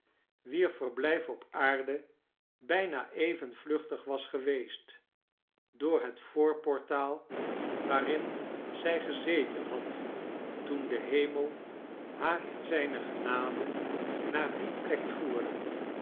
wier verblijf op aarde bijna even vluchtig was geweest doof het voorportaal waarin zij gezeten had toen de hem el haar in zijne genade naar die plek voerde